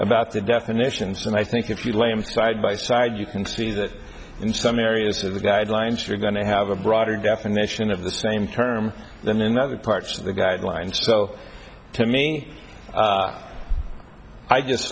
about the definitions and i think if you lay him side by side you can see that in some areas of the guidelines you're going to have a broader definition of the same term than in other parts of the guidelines so to me i just